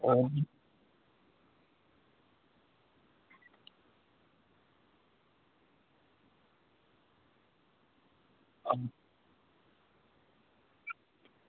अ